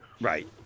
Right